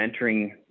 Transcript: mentoring